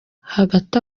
hagati